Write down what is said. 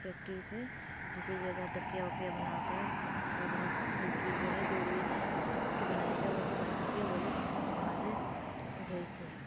factory سے دوسری جگہ تکیہ وکیہ بنا کر اور بہت سی چیزیں ہے جو روئی سے بنائے تھے وہ سب بنا کے وہ لوگ وہاں سے بھیجتے ہے